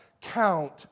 count